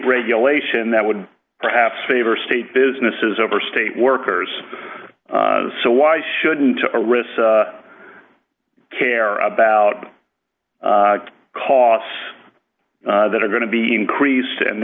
regulation that would perhaps favor state businesses over state workers so why shouldn't a risk care about costs that are going to be increased and